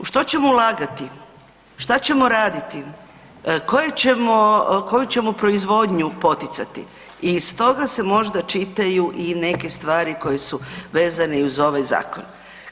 U što ćemo ulagati, šta ćemo raditi, koje ćemo, koju ćemo proizvodnju poticati i iz toga se možda čitaju i neke stvari koje su vezane i uz ovaj zakon.